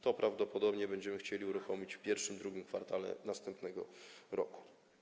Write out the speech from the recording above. To prawdopodobnie będziemy chcieli uruchomić w I czy II kwartale następnego roku.